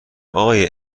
آقای